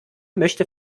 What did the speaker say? möchte